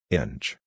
inch